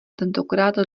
tentokrát